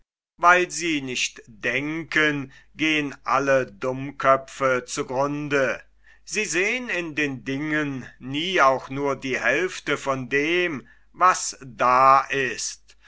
weil sie nicht denken gehn alle dummköpfe zu grunde sie sehn in den dingen nie auch nur die hälfte von dem was da ist